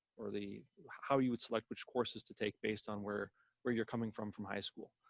or the how you would select which courses to take based on where where you're coming from from high school.